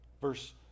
Verse